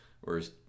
whereas